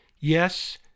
Yes